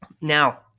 Now